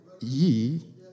ye